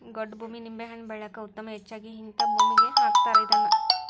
ಗೊಡ್ಡ ಭೂಮಿ ನಿಂಬೆಹಣ್ಣ ಬೆಳ್ಯಾಕ ಉತ್ತಮ ಹೆಚ್ಚಾಗಿ ಹಿಂತಾ ಭೂಮಿಗೆ ಹಾಕತಾರ ಇದ್ನಾ